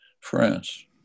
France